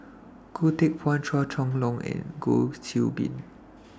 Goh Teck Phuan Chua Chong Long and Goh Qiu Bin